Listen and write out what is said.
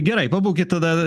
gerai pabūkit tada